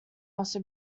also